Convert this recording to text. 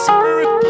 Spirit